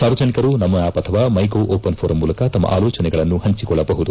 ಸಾರ್ವಜನಿಕರು ನಮೋ ಆಪ್ ಅಥವಾ my gov open forum ಮೂಲಕ ತಮ್ಮ ಆಲೋಜನಗಳನ್ನು ಪಂಚಿಕೊಳ್ಳಬಹುದಾಗಿದೆ